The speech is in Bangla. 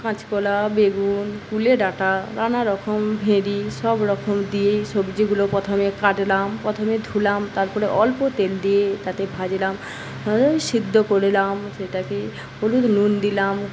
কাঁচকলা বেগুন কুলে ডাঁটা নানারকম সবরকম দিয়েই সবজিগুলো প্রথমে কাটলাম প্রথমে ধুলাম তারপরে অল্প তেল দিয়ে তাতে ভাজলাম সিদ্ধ করলাম সেটাতে হলুদ নুন দিলাম